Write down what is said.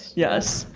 yes.